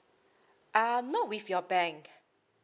uh not with your bank